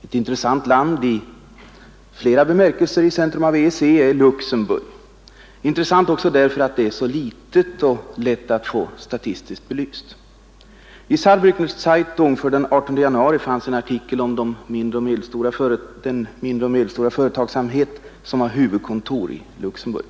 Ett intressant land i flera bemärkelser inom EEC är Luxemburg, intressant också därför att det är så litet och lätt att få statistiskt belyst. I Saarbriäcker Zeitung för den 18 januari 1971 fanns en artikel om den mindre och medelstora företagsamhet, som har huvudkontor i Luxem burg.